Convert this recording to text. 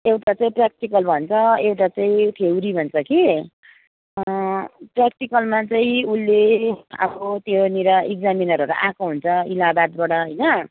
एउटा चाहिँ प्र्याक्टिकल भन्छ एउटा चाहिँ थ्योरी भन्छ कि प्र्याक्टिकलमा चाहिँ उसले अब त्योनिर इक्जामिनरहरू आएको हुन्छ इलाहाबादबाट होइन